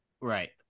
Right